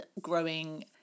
growing